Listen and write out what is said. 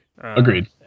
Agreed